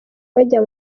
bajya